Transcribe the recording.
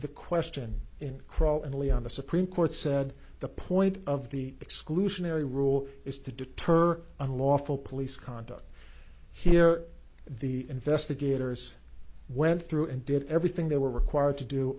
the question in crawl and early on the supreme court said the point of the exclusionary rule is to deter unlawful police conduct here the investigators went through and did everything they were required to do